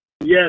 Yes